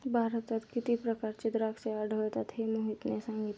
भारतात किती प्रकारची द्राक्षे आढळतात हे मोहितने सांगितले